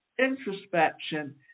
introspection